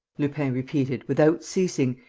lupin repeated, without ceasing,